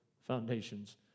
foundations